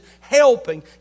helping